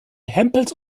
hempels